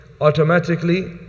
Automatically